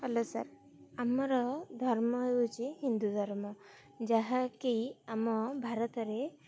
hello sir ଆମର ଧର୍ମ ହେଉଛି ହିନ୍ଦୁ ଧର୍ମ ଯାହାକି ଆମ ଭାରତରେ